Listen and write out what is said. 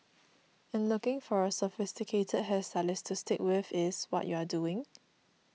and looking for a sophisticated hair stylist to stick with is what you are doing